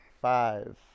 Five